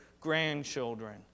grandchildren